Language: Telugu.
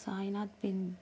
సాయినాథ్ పింగ్